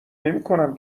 نمیکنم